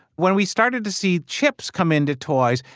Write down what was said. when we started to see chips come into toys,